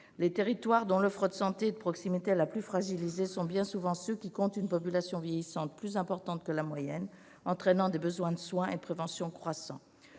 Les territoires dont l'offre de santé et de proximité est la plus fragilisée sont bien souvent ceux qui comptent une population vieillissante plus importante que la moyenne, entraînant des besoins de soins et de prévention croissants.